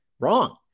Wrong